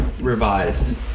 revised